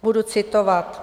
Budu citovat: